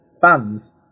fans